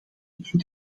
punt